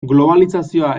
globalizazioa